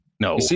No